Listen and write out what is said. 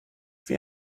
wie